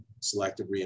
selective